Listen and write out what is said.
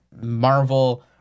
Marvel